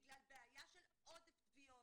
בגלל בעיה של עודף תביעות.